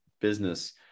business